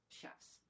chefs